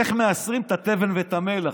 איך מעשרים את התבן ואת המלח,